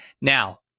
now